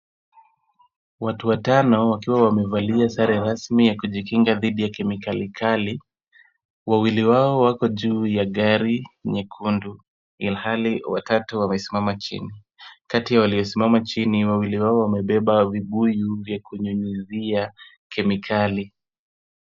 Watu watano wakiwa wamevalia sare rasmi ya kujikinga dhidi ya kemikali kali. Wawili wao wako juu ya gari nyekundu, ilhali watatu wamesimama chini. Kati ya waliosimama chini, wawili wao wamebeba vibuyu vya kunyunyizia kemikali.